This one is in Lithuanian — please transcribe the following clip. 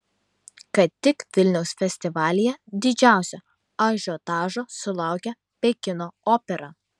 ką tik vilniaus festivalyje didžiausio ažiotažo sulaukė pekino opera